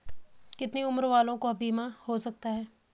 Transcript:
कितने उम्र वालों का बीमा हो सकता है?